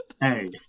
hey